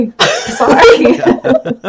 Sorry